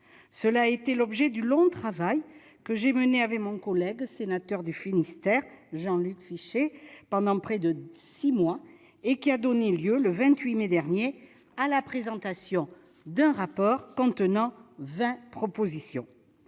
Cela a été l'objet du long travail que j'ai mené avec mon collègue sénateur du Finistère, Jean-Luc Fichet, pendant près de six mois, donnant lieu, le 28 mai dernier, à la présentation d'un rapport contenant vingt propositions.